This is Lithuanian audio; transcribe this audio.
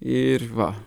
ir va